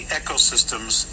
ecosystems